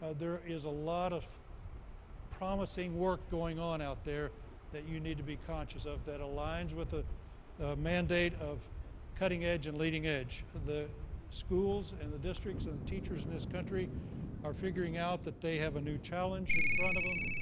ah there is a lot of promising work going on out there that you need to be conscious of, that aligns with the mandate of cutting edge and leading edge. the schools, and the districts, and the teachers in this country are figuring out that they have a new challenge in front of them.